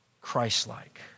Christ-like